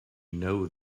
know